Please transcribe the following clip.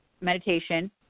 Meditation